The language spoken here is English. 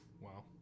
Wow